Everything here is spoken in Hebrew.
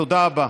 תודה רבה.